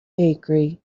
bakery